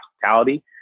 hospitality